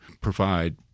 provide